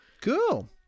Cool